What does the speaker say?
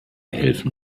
helfen